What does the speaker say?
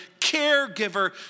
caregiver